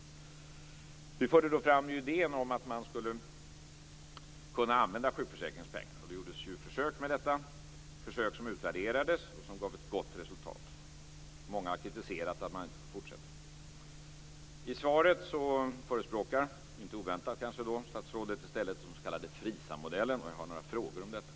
Vi förde ju då fram idén om att man skulle kunna använda sjukförsäkringspengar, och det gjordes försök med detta. Dessa försök utvärderades, och de gav ett gott resultat. Många har kritiserat att man inte får fortsätta. I svaret förespråkar, kanske inte oväntat, statsrådet den s.k. FRISAM-modellen. Jag har några frågor omkring detta.